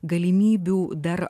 galimybių dar